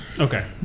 Okay